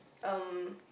um